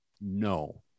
no